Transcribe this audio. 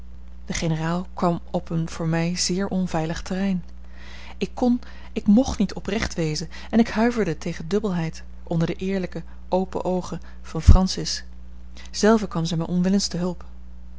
de generaal kwam op een voor mij zeer onveilig terrein ik kon ik mocht niet oprecht wezen en ik huiverde tegen dubbelheid onder de eerlijke opene oogen van francis zelve kwam zij mij onwillens te hulp